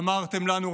אמרתם לנו,